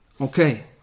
okay